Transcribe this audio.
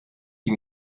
die